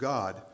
God